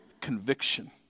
conviction